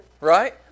right